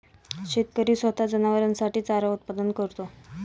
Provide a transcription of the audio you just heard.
शेतकरी स्वतः जनावरांसाठी चारा उत्पादन करतो